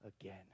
again